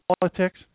politics